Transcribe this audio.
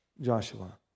Joshua